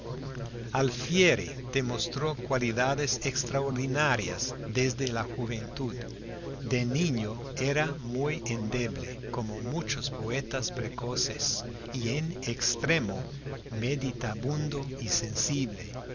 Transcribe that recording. comediantes alfieri demostró cualidades extraordinarias desde la juventud de niño era muy endeble como muchos poetas precoces y en extremo meditabundo y sensible